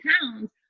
pounds